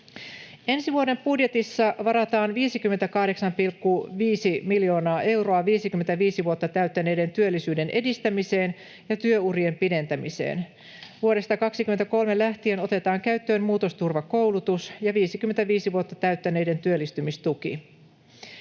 Ensi vuoden budjetissa varataan 58,5 miljoonaa euroa 55 vuotta täyttäneiden työllisyyden edistämiseen ja työurien pidentämiseen. Vuodesta 23 lähtien otetaan käyttöön muutosturvakoulutus ja 55 vuotta täyttäneiden työllistymistuki.